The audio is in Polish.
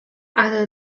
ale